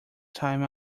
time